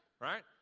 right